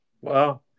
Wow